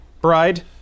bride